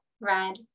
red